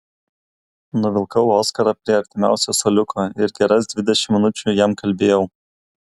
nuvilkau oskarą prie artimiausio suoliuko ir geras dvidešimt minučių jam kalbėjau